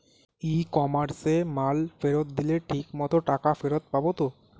ই কমার্সে মাল ফেরত দিলে ঠিক মতো টাকা ফেরত পাব তো?